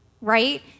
right